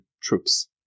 troops